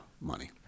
money